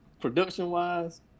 Production-wise